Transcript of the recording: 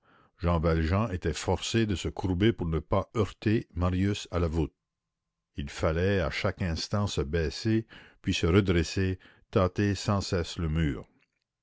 jean valjean était forcé de se courber pour ne pas heurter marius à la voûte il fallait à chaque instant se baisser puis se redresser tâter sans cesse le mur